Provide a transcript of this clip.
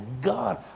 god